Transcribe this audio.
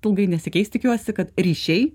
ilgai nesikeis tikiuosi kad ryšiai